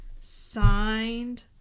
signed